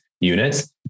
units